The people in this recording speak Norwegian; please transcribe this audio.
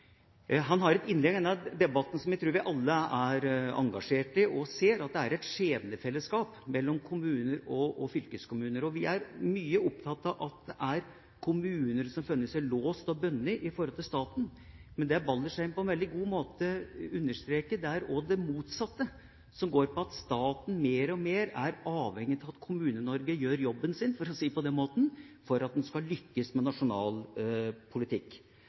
Han har et innlegg i denne debatten, som jeg tror vi alle er engasjert i, og ser at det er et skjebnefellesskap mellom kommuner og fylkeskommuner. Vi er mye opptatt av at det er kommuner som finner seg låst og bundet i forhold til staten, men det Baldersheim på en veldig god måte understreker, er også det motsatte, som går på at staten mer og mer er avhengig av at Kommune-Norge gjør jobben sin, for å si det på den måten, for at en skal lykkes med nasjonal politikk.